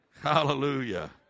Hallelujah